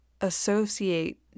associate